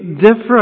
different